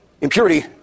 impurity